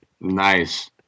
nice